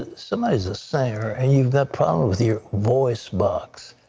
ah somebody is a singer and you problem with your voicebox.